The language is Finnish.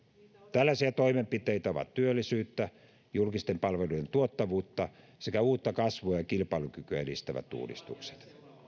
tällaisia toimenpiteitä ovat työllisyyttä julkisten palveluiden tuottavuutta sekä uutta kasvua ja ja kilpailukykyä edistävät uudistukset